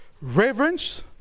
Reverence